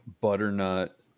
butternut